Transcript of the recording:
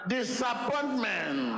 Disappointment